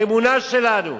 האמונה שלנו,